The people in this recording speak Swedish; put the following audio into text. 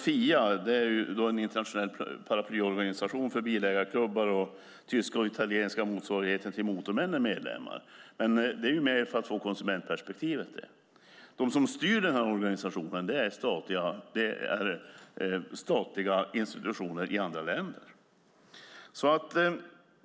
Fia är en internationell paraplyorganisation för bilägarklubbar där de tyska och italienska motsvarigheterna till Motormännen är medlemmar. Men det är mer för att få konsumentperspektivet. De som styr organisationen är statliga institutioner i andra länder.